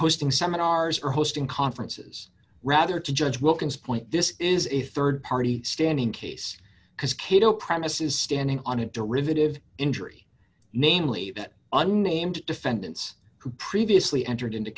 hosting seminars or hosting conferences rather to judge wilkens point this is a rd party standing case because cato premise is standing on a derivative injury namely that unnamed defendants who previously entered into